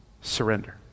surrender